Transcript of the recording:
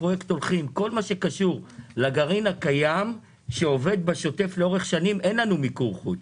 בכל מה שקשור לגרעין הקיים שעובד בשוטף לאורך השנים אין לנו מיקור חוץ,